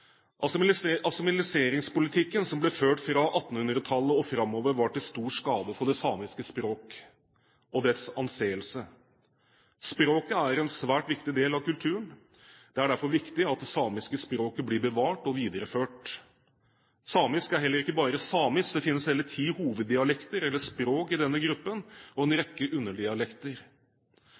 kultur. Assimileringspolitikken som ble ført fra 1800-tallet og framover, var til stor skade for det samiske språk og dets anseelse. Språket er en svært viktig del av kulturen. Det er derfor viktig at det samiske språket blir bevart og videreført. Samisk er heller ikke bare samisk – det finnes hele ti hoveddialekter eller språk i denne gruppen, og en rekke underdialekter.